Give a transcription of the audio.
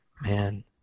man